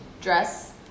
Dress